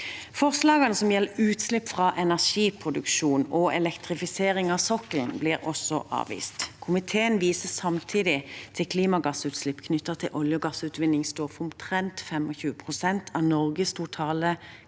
Forslagene som gjelder utslipp fra energiproduksjon og elektrifisering av sokkelen, blir også avvist. Komiteen viser samtidig til at klimagassutslipp knyttet til olje- og gassutvinning står for omtrent 25 pst. av Norges totale klimagassutslipp